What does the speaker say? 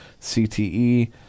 CTE